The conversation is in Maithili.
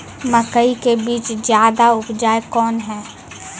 मकई के बीज ज्यादा उपजाऊ कौन है?